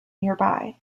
nearby